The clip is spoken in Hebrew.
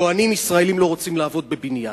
טוענים: ישראלים לא רוצים לעבוד בבניין.